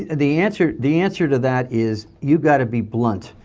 the answer the answer to that is you got to be blunt.